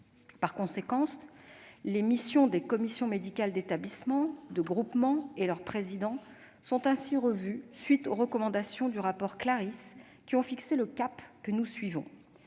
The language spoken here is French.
Par conséquent, les missions des commissions médicales d'établissement et de groupement, et leur président sont ainsi revus, conformément aux recommandations du rapport du professeur Claris, qui ont fixé le cap que nous suivons.